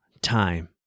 time